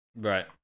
Right